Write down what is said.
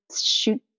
shoot